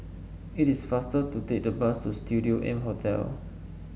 it is faster to take the bus to Studio M Hotel